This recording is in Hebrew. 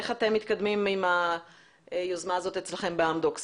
איך אתם מתקדמים עם היוזמה הזאת אצלכם באמדוקס,